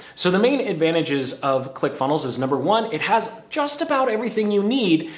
so the main advantages of click funnels is, number one. it has just about everything you need,